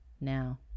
Now